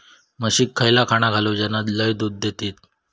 म्हशीक खयला खाणा घालू ज्याना लय दूध देतीत?